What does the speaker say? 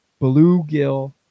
bluegill